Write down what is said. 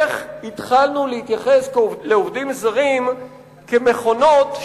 איך התחלנו להתייחס לעובדים זרים כאל מכונות,